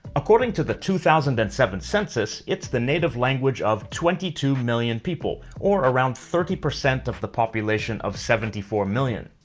according to the two thousand and seven census, it's the native language of twenty two million people, or around thirty percent of the population of seventy four million.